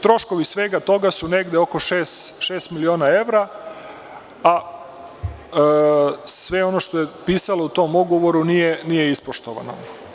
Troškovi svega toga su negde oko šest miliona evra, a sve ono što je u pisalo u tom ugovoru nije ispoštovano.